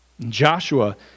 Joshua